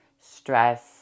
stress